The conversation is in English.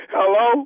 Hello